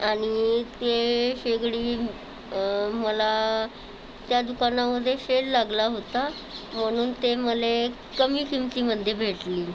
आणि ते शेगडी मला त्या दुकानामध्ये सेल लागला होता म्हणून ते मला कमी किमतीमध्ये भेटली